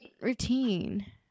routine